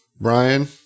Brian